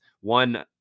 One